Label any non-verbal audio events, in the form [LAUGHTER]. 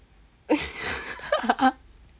[LAUGHS]